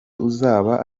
uzaba